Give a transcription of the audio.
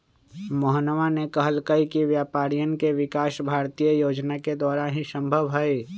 मोहनवा ने कहल कई कि व्यापारियन के विकास भारतीय योजना के द्वारा ही संभव हई